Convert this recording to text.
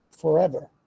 forever